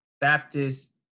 Baptist